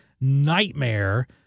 nightmare